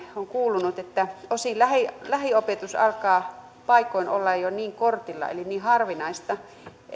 on kuulunut että osin lähiopetus alkaa paikoin olla jo niin kortilla eli niin harvinaista